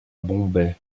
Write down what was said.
bombay